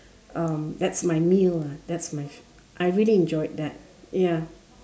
um that's my meal lah that's my I really enjoyed that ya